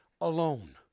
alone